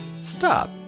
stop